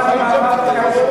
שמעתי מה אמרת,